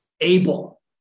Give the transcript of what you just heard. ABLE